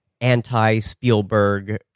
anti-Spielberg